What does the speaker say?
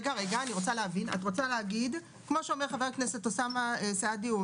כמו שאומר חבר הכנסת אוסאמה סעדי,